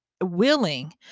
willing